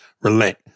relent